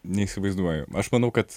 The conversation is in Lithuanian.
neįsivaizduoju aš manau kad